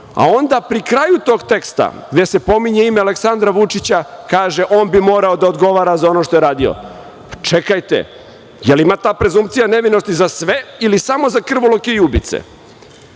a onda pri kraju tog teksta gde se pominje ime Aleksandra Vučića kaže – on bi morao da odgovara za ono što je radio. Čekajte, jel ima ta prezumpcija nevinosti za sve ili samo za krvoloke i ubice,